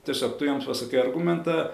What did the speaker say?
tiesiog tu jam pasakei argumentą